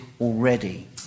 already